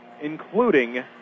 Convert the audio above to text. including